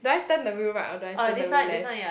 do I turn the wheel right or do I turn the wheel left